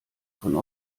von